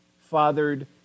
fathered